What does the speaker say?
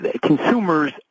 consumers